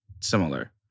similar